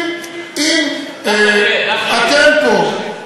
זה תחקיר ערוץ 2, לא אנחנו.